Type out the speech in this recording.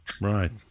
Right